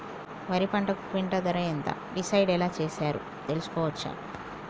వరి పంటకు క్వింటా ధర ఎంత డిసైడ్ ఎలా చేశారు తెలుసుకోవచ్చా?